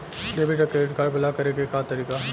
Debit या credit card block करे के का तरीका ह?